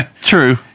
True